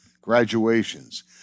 graduations